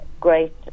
great